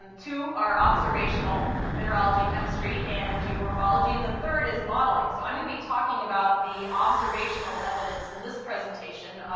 and two are observational mineralogy-chemistry and geomorphology, and the third is modeling, so i'm gonna be talking about the observational evidence in this presentation,